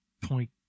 point